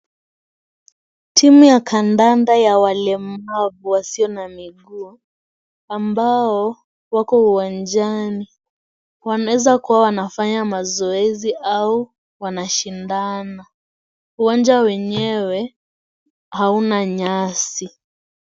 Timu ya kandanda ya walemavu wasio na miguu ambao wako uwanjani wanaweza kuwa wanafanya mazoezi au wanashindana uwanja wenyewe hauna nyasi.